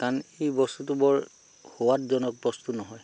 কাৰণ এই বস্তুটো বৰ সোৱাদজনক বস্তু নহয়